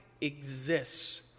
exists